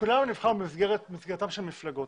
כולנו נבחרנו במסגרת מפלגות.